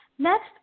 Next